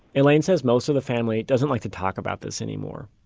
elaine says most of the family doesn't like to talk about this anymore.